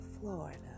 Florida